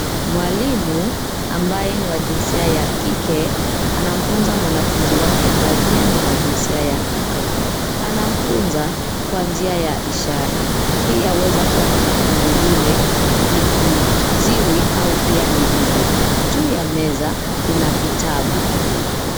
Mwalimu ambaye ni wa jinsia ya kike anamfunza mwanafunzi wake ambaye pia ni wa jinsia ya kike. Anamfunza kwa njia ya ishara. Hii yaweza kuwa mwanafunzi yule ni kiziwi au pia ni bubu. Juu ya meza kuna kitabu.